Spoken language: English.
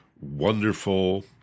wonderful